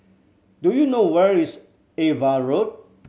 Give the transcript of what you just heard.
do you know where is Ava Road